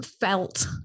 felt